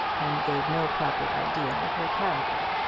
and gave no proper idea of her character.